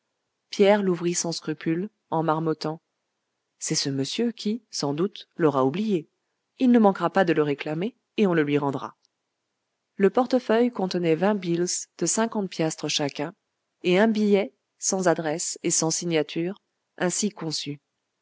pierre l'ouvrit sans scrupule en marmottant c'est ce monsieur qui sans doute l'aura oublié il ne manquera pas de le réclamer et on le lui rendra le portefeuille contenait vingt bills de cinquante piastres chacun et un billet sans adresse et sans signature ainsi conçu